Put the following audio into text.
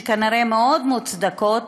שכנראה מאוד מוצדקות,